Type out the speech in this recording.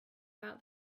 about